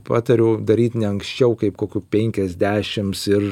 patariu daryt ne anksčiau kaip kokių penkiasdešims ir